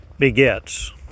begets